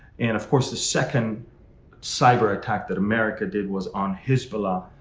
and, of course, the second cyber attack that america did was on hezbollah.